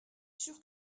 sûr